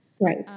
Right